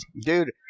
dude